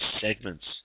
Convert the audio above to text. segments